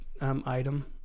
item